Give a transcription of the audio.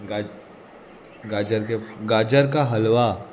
गाज गाजर के गाजर का हलवा